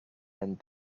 and